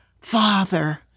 Father